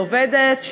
מעובדת,